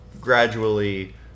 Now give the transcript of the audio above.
Gradually